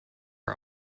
are